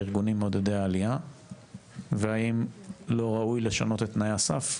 בארגונים מעודדי העלייה והאם לא ראוי לשנות את תנאי הסף,